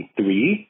Three